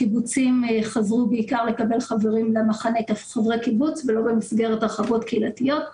הקיבוצים חזרו בעיקר לקבל כחברי קיבוץ ולא במסגרת הרחבות קהילתיות.